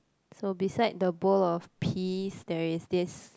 so beside the bowl of peas there is this